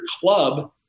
club